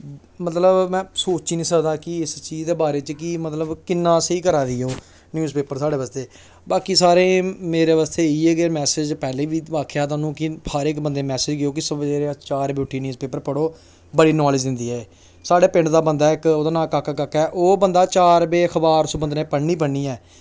मतलब में सोची निं सकदा कि इस चीज दे बारे च कि मतलब में कि'न्ना स्हेई करा दी ऐ ओह् न्यूज़ पेपर साढ़े बास्तै बाकी सारें गी मेरे बास्तै इ'यै कि मैसेज पैह्लें बी आखेआ हा थाह्नूं कि हर इक बंदे गी मैसेज देओ कि चार बजे उट्ठियै न्यूज़ पेपर पढ़ो बड़ी नॉलेज दिंदी ऐ एह् साढ़े पिंड दा बंदा ऐ इक ओह्दा नांऽ काका काका ऐ ओह् बंदा चार बेऽ अखबार उस बंदे ने पढ़नी ई पढ़नी ऐ